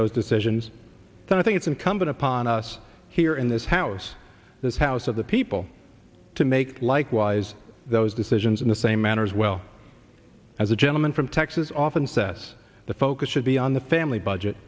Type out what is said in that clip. those decisions i think it's incumbent upon us here in this house this house of the people to make likewise those decisions in the same manner as well as the gentleman from texas often says the focus should be on the